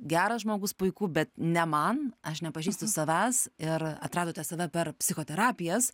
geras žmogus puiku bet ne man aš nepažįstu savęs ir atradote save per psichoterapijas